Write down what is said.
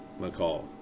McCall